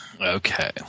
Okay